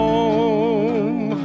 Home